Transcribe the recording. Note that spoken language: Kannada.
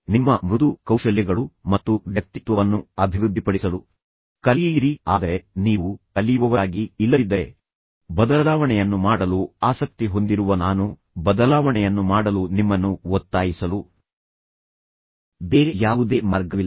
ನಿಮ್ಮ ಮೃದು ಕೌಶಲ್ಯಗಳು ಮತ್ತು ವ್ಯಕ್ತಿತ್ವವನ್ನು ಅಭಿವೃದ್ಧಿಪಡಿಸಲು ಕಲಿಯಿರಿ ಆದರೆ ನೀವು ಕಲಿಯುವವರಾಗಿ ಇಲ್ಲದಿದ್ದರೆ ಬದಲಾವಣೆಯನ್ನು ಮಾಡಲು ಆಸಕ್ತಿ ಹೊಂದಿರುವ ನಾನು ಬದಲಾವಣೆಯನ್ನು ಮಾಡಲು ನಿಮ್ಮನ್ನು ಒತ್ತಾಯಿಸಲು ಬೇರೆ ಯಾವುದೇ ಮಾರ್ಗವಿಲ್ಲ